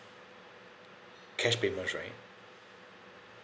cash payments right